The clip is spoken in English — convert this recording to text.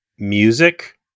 Music